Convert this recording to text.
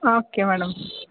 ಹಾಂ okay madam